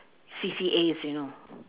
C_C_As you know